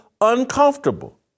uncomfortable